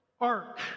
Ark